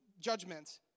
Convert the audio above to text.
judgment